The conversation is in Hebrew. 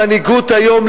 המנהיגות היום,